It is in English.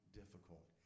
difficult